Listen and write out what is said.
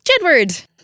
Jedward